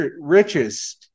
riches